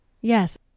Yes